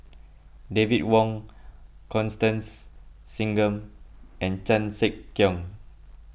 David Wong Constance Singam and Chan Sek Keong